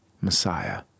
Messiah